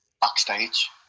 backstage